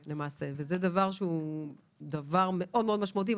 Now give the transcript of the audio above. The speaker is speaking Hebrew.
זה דבר מאוד משמעותי.